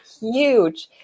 huge